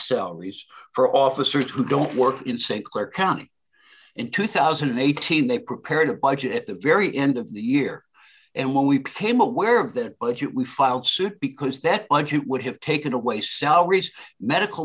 research for officers who don't work in st clair county in two thousand and eighteen they prepared by just at the very end of the year and when we became aware of the budget we filed suit because that would have taken away salaries medical